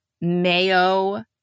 mayo